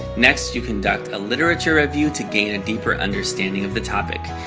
next, you conduct a literature review to gain a deeper understanding of the topic.